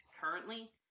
currently